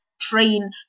train